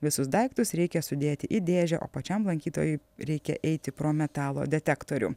visus daiktus reikia sudėti į dėžę o pačiam lankytojui reikia eiti pro metalo detektorių